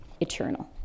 eternal